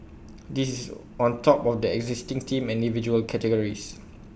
this is on top of the existing team and individual categories